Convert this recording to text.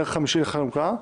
נר חמישי של חנוכה,